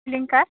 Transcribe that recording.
blanket